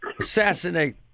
assassinate